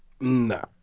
No